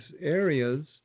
areas